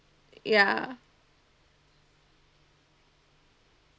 ya